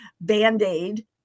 Band-Aid